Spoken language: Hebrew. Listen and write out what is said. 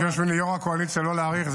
ביקש ממני יו"ר הקואליציה לא להאריך.